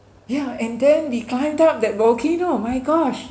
ya and then we climbed up that volcano my gosh